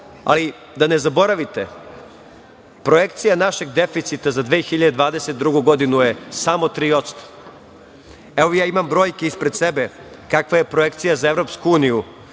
ali da ne zaboravite, projekcija našeg deficita za 2022. godinu je samo 3%.Evo ja imam brojke ispred sebe kakva je projekcija za EU. Dakle, u